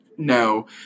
no